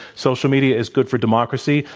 social media is good for democracy,